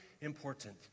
important